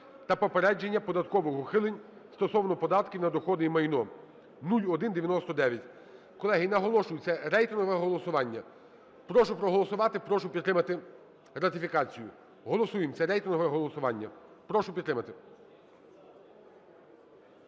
та попередження податкових ухилень стосовно податків на доходи і майно (0199). Колеги, наголошую – це рейтингове голосування. Прошу проголосувати, прошу підтримати ратифікацію. Голосуємо! Це рейтингове голосування. Прошу підтримати.